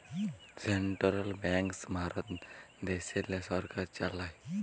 central banks Bharat দ্যাশেল্লে সরকার চালায়